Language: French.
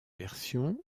version